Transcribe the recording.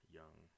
young